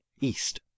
East